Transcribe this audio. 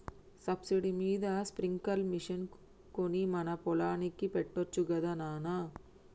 subsidy మీద sprinkler machine కొని మన పొలానికి పెట్టొచ్చు గదా నాన